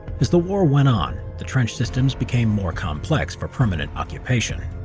as the war went on, the trench systems became more complex for permanent occupation.